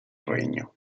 regno